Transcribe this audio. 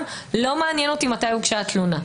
- לא מעניין אותי מתי הוגשה התלונה.